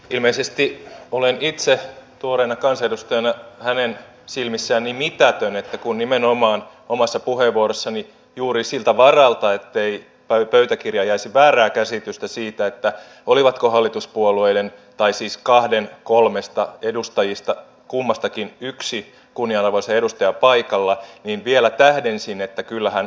ilmeisesti olen itse tuoreena kansanedustajana hänen silmissään mitätön kun nimenomaan omassa puheenvuorossani juuri siltä varalta ettei pöytäkirjaan jäisi väärää käsitystä siitä oliko kummankin hallituspuolueen siis kahden kolmesta edustajista yksi kunnianarvoisa edustaja paikalla vielä tähdensin että kyllä hän oli paikalla